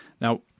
Now